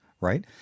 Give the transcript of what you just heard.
right